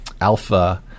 alpha